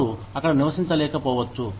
వారు అక్కడ నివసించలేకపోవచ్చు